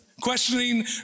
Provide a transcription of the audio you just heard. Questioning